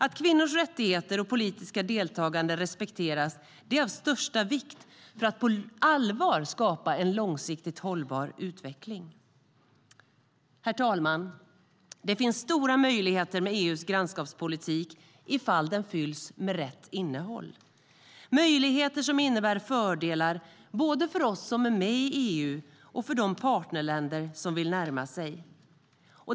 Att kvinnors rättigheter och politiska deltagande respekteras är av största vikt för att på allvar skapa en långsiktigt hållbar utveckling. Herr talman! Det finns stora möjligheter med EU:s grannskapspolitik ifall den fylls med rätt innehåll - möjligheter som innebär fördelar både för oss som är med i EU och för de partnerländer som vill närma sig.